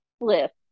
list